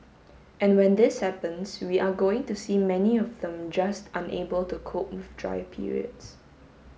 and when this happens we are going to see many of them just unable to cope with dry periods